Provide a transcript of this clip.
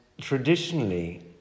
traditionally